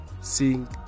seeing